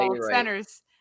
centers